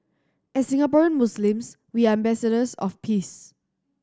as Singaporean Muslims we are ambassadors of peace